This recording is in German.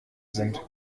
sind